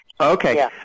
Okay